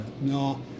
No